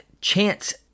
Chance